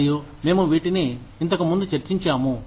మరియు మేము వీటిని ఇంతకుముందు చర్చించాము